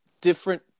different